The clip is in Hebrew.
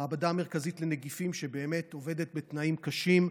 המעבדה המרכזית לנגיפים, שבאמת עובדת בתנאים קשים,